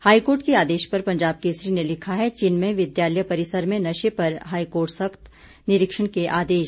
high court के आदेश पर पंजाब केसरी ने लिखा है चिन्मय विद्यालय परिसर में नशे पर हाईकोर्ट सख्त निरीक्षण के आदेश